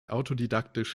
autodidaktisch